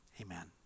amen